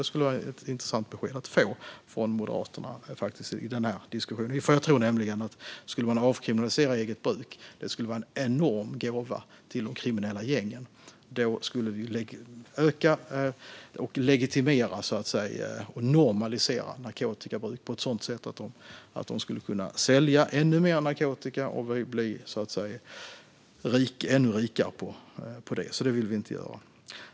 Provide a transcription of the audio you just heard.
Det skulle vara ett intressant besked att få från Moderaterna i denna diskussion. Jag tror nämligen att en avkriminalisering av eget bruk skulle vara en enorm gåva till de kriminella gängen. Då skulle vi öka, legitimera och normalisera narkotikabruk så att de kan sälja ännu mer narkotika och bli ännu rikare på det. Detta vill vi inte göra.